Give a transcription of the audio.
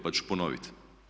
Pa ću ponovit.